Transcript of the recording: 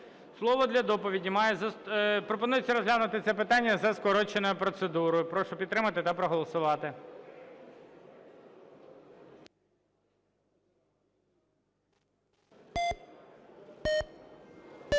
Слово для доповіді… Пропонується розглянути це питання за скороченою процедурою. Прошу підтримати та проголосувати.